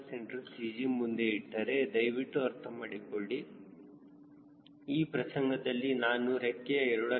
c CG ಮುಂದೆ ಇಟ್ಟರೆ ದಯವಿಟ್ಟು ಅರ್ಥಮಾಡಿಕೊಳ್ಳಿ ಈ ಪ್ರಸಂಗದಲ್ಲಿ ನಾನು ರೆಕ್ಕೆಯ a